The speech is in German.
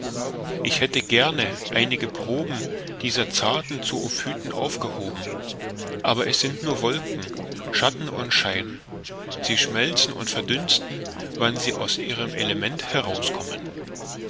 ich hätte gerne einige proben dieser zarten zoophyten aufgehoben aber es sind nur wolken schatten und schein sie schmelzen und verdünsten wann sie aus ihrem element heraus